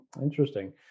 interesting